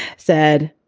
said,